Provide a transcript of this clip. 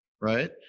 right